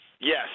Yes